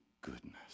goodness